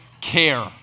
care